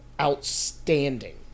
outstanding